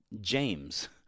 James